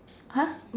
!huh!